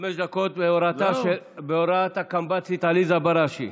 חמש דקות, בהוראת הקמב"צית עליזה בראשי.